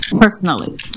Personally